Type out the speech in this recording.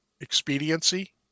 expediency